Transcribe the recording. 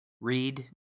read